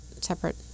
separate